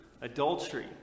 adultery